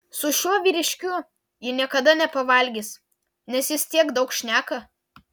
su šiuo vyriškiu ji niekad nepavalgys nes jis tiek daug šneka